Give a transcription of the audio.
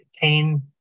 pain